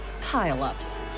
pile-ups